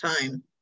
time